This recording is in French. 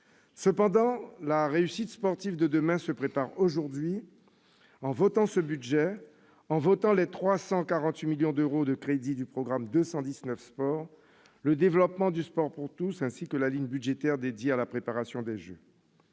Cependant, la réussite sportive de demain se prépare aujourd'hui, en adoptant ce budget, en votant les 348 millions d'euros de crédits du programme 219 « Sport », le développement du « sport pour tous », ainsi que la ligne budgétaire dédiée à la préparation des jeux.